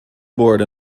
bored